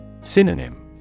Synonym